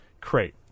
Crate